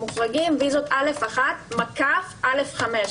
א'1 עד א'5.